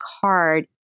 card